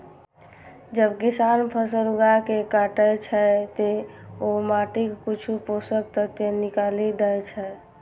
जब किसान फसल उगाके काटै छै, ते ओ माटिक किछु पोषक तत्व निकालि दै छै